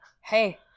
hey